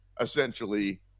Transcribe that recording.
essentially